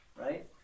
right